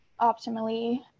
optimally